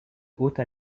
haute